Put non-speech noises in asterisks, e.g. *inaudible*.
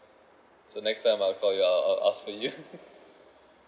so next time I call you I'll I'll ask for you *laughs*